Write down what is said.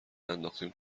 ننداختیم